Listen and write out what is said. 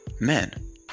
men